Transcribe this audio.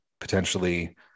potentially